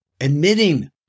admitting